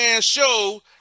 show